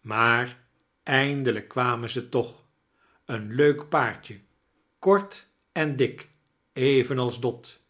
maar eindelijk kwamen ze toch een leuk paartje kort en dik evenals dot